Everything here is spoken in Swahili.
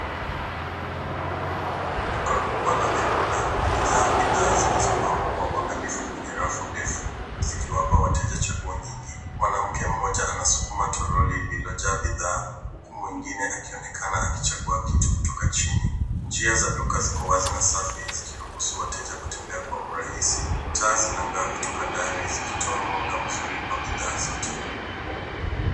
Duka kubwa la vyakula limejaa bidhaa zilizopangwa kwa uangalifu kwenye rafu ndefu zikiwapa wateja chaguo nyingi. Mwanamke mmoja anasukuma toroli lililojaa bidhaa huku mwengine akionekana akichagua kitu kutoka chini. Njia za duka ziko wazi na safi zikiruhusu wateja kutembea kwa urahisi. Taa zinang'aa kutoka dari zikitoa mwanga mzuri kwa bidhaa zote.